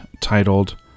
titled